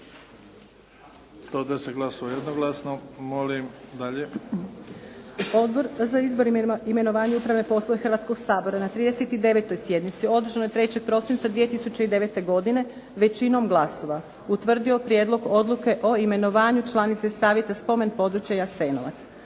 110 glasova. Molim dalje. **Majdenić, Nevenka (HDZ)** Odbor za izbor, imenovanja i upravne poslove Hrvatskoga sabora na 39. sjednici održanoj 3. prosinca 2009. godine većinom glasova utvrdio je Prijedlog odluke o imenovanju članice Savjeta Spomen područja "Jasenovac".